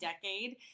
decade